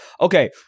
Okay